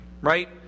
right